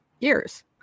years